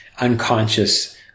unconscious